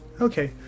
Okay